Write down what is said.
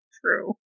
True